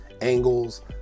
angles